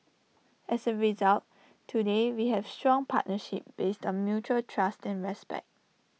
as A result today we have A strong partnership based on mutual trust and respect